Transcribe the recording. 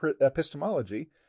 epistemology